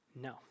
No